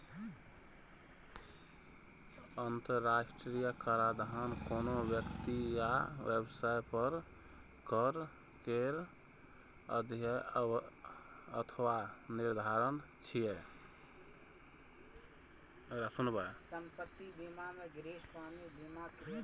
अंतरराष्ट्रीय कराधान कोनो व्यक्ति या व्यवसाय पर कर केर अध्ययन अथवा निर्धारण छियै